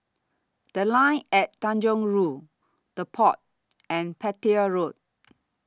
The Line At Tanjong Rhu The Pod and Petir Road